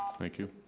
thank you.